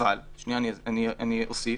אני אוסיף